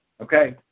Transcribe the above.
okay